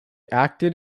acted